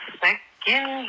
second